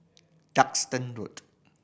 Duxton Road